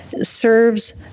serves